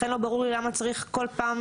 לכן לא ברור לי למה צריך כל פעם